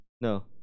No